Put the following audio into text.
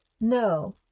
No